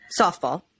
softball